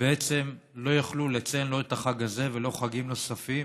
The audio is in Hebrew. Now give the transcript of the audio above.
ובעצם הם לא יוכלו לציין לא את החג הזה ולא חגים נוספים.